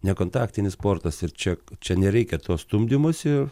nekontaktinis sportas ir čia čia nereikia to stumdymosi